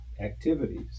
activities